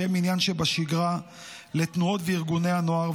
שהם עניין שבשגרה לתנועות וארגוני הנוער,